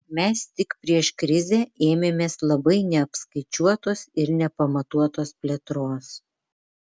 mes tik prieš krizę ėmėmės labai neapskaičiuotos ir nepamatuotos plėtros